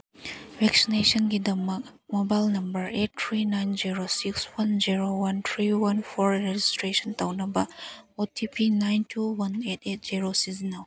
ꯚꯦꯛꯁꯤꯅꯦꯁꯟꯒꯤꯗꯃꯛ mobile number eight three nine zero six one zero one three one four registration ꯇꯧꯅꯕ O T P nine two one eight eight ꯁꯤꯖꯤꯟꯅꯧ